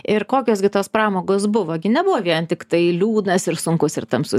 ir kokios gi tos pramogos buvo gi nebuvo vien tiktai liūdnas ir sunkus ir tamsus